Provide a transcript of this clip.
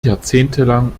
jahrzehntelang